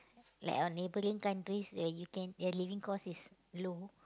like our neighbouring countries where you can their living cost is low